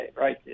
right